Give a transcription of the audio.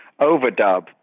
overdub